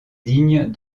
digne